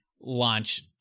launch